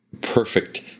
perfect